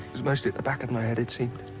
was mostly at the back of my head, it seemed.